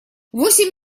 восемь